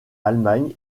allemagne